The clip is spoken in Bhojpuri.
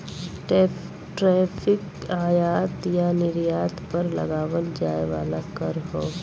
टैरिफ आयात या निर्यात पर लगावल जाये वाला कर हौ